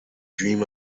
dream